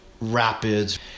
rapids